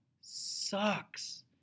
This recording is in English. sucks